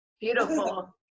Beautiful